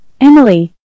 Emily